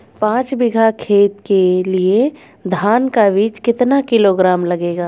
पाँच बीघा खेत के लिये धान का बीज कितना किलोग्राम लगेगा?